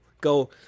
go